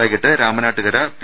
വൈകീട്ട് രാമനാട്ടുകര പി